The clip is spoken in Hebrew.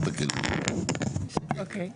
נכון,